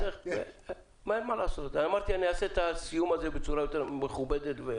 ולכן רציתי לעשות סיום בצורה קצת יותר מכובדת.